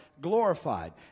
glorified